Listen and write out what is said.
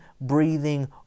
breathing